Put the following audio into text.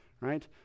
right